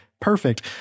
perfect